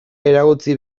eragotzi